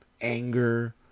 anger